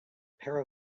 pair